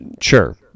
sure